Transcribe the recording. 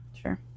Sure